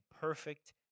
perfect